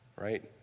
right